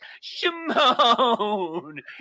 Shimon